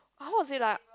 I was it lah